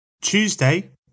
Tuesday